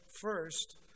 first